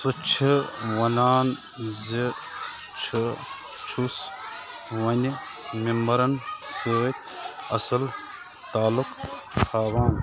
سُہ چھُ ونان زِ چھُ چھُس وَنہِ میٚمبرن سۭتۍ اَصٕل تعلُق تھاوان